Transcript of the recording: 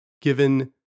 given